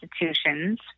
institutions